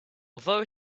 although